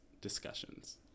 discussions